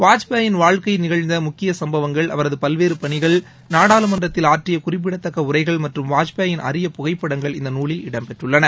வாஜ்பாயின் வாழ்க்கையில் நிகழ்ந்த முக்கிய சம்பவங்கள் அவரது பல்வேறு பணிகள் நாடாளுமன்றத்தில் ஆற்றிய குறிப்பிடத்தக்க உரைகள் மற்றும் வாஜ்பாயின் அரிய புகைப்படங்கள்இந்த நூலில் இடம்பெற்றுள்ளன